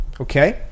okay